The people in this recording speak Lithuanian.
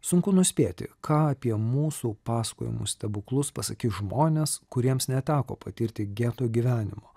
sunku nuspėti ką apie mūsų pasakojimų stebuklus pasakys žmonės kuriems neteko patirti geto gyvenimo